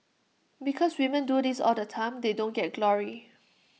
because women do this all the time they don't get glory